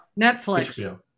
Netflix